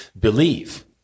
believe